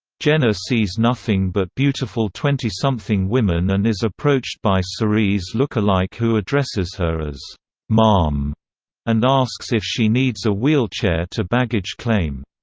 jenna sees nothing but beautiful twenty something women and is approached by so cerie's look-alike who addresses her as ma'am and asks if she needs a wheelchair to baggage claim.